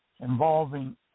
involving